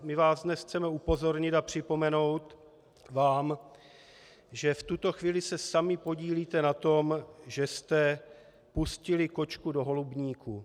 My vás dnes chceme upozornit a připomenout vám, že v tuto chvíli se sami podílíte na tom, že jste pustili kočku do holubníku.